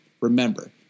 Remember